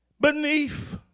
beneath